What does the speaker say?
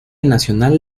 nacional